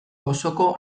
osoko